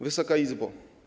Wysoka Izbo!